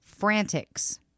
Frantics